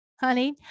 honey